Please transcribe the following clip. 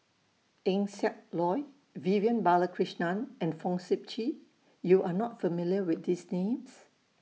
Eng Siak Loy Vivian Balakrishnan and Fong Sip Chee YOU Are not familiar with These Names